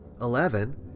Eleven